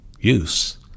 use